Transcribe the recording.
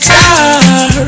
Star